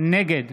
נגד